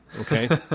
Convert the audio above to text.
okay